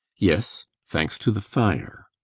yes, thanks to the fire.